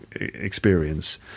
experience